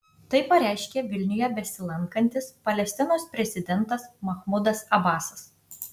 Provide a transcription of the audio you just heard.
tai pareiškė vilniuje besilankantis palestinos prezidentas mahmudas abasas